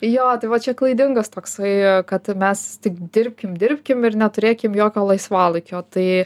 jo tai va čia klaidingas toksai kad mes tik dirbkim dirbkim ir neturėkim jokio laisvalaikio tai